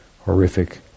horrific